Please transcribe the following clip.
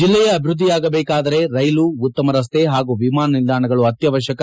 ಜಲ್ಲೆಯ ಅಭಿವೃದ್ಧಿಯಾಗಬೇಕಾದರೆ ರೈಲು ಉತ್ತಮ ರಸ್ತೆ ಹಾಗೂ ವಿಮಾನ ನಿಲ್ದಾಣಗಳು ಅವಶ್ಯಕ